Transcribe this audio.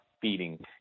feeding